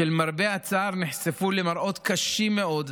שלמרבה הצער נחשפו למראות קשים מאוד,